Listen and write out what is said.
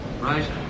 right